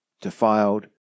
defiled